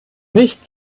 nicht